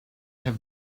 have